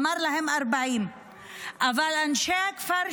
הוא אמר להם 40. אבל אנשי הכפר,